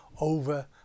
over